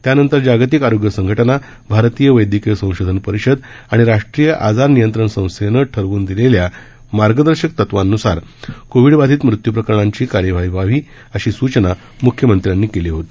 त्यानंतर जागतिक आरोग्य संघटना भारतीय वैदयकीय संशोधन परिषद आणि राष्ट्रीय आजार नियंत्रण संस्थेनं ठरवून दिलेल्या मार्गदर्शक तत्वांन्सार कोविड बाधित मृत्यू प्रकरणांची कार्यवाही व्हावी अशी सूचना मुख्यमंत्र्यांनी केली होती